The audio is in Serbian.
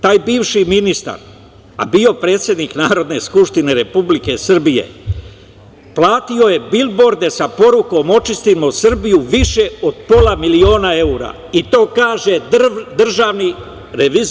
Taj bivši ministar, a bio je predsednik Narodne skupštine Republike Srbije, platio je bilborde sa porukom – „Očistimo Srbiju“ više od pola miliona evra, i to kaže DRI.